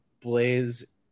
Blaze